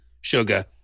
sugar